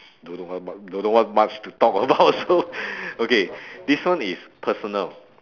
don't know what much don't know what much to talk about also okay this one is personal